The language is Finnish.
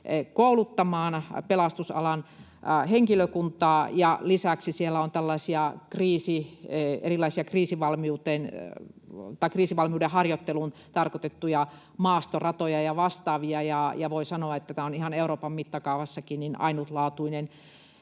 kouluttamaan pelastusalan henkilökuntaa, ja lisäksi siellä on tällaisia erilaisia kriisivalmiuden harjoitteluun tarkoitettuja maastoratoja ja vastaavia, ja voi sanoa, että tämä on ihan Euroopan mittakaavassakin ainutlaatuinen